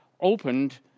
opened